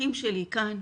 אחים שלי כאן,